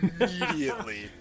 immediately